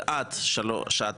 זה עד שעתיים,